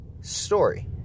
story